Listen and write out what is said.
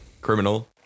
criminal